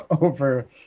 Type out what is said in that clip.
over